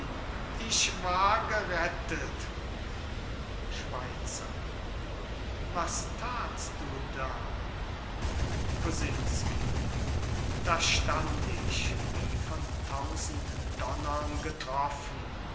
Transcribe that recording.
ich war gerettet schweizer was thatst du da kosinsky da stand ich wie von tausend donnern getroffen